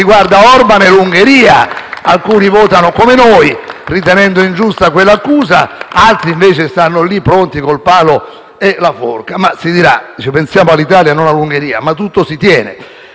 dal Gruppo FI-BP)*: alcuni votano come noi, ritenendo ingiusta quell'accusa; altri, invece, stanno lì pronti col palo e la forca. Si dirà: pensiamo all'Italia e non all'Ungheria, ma tutto si tiene.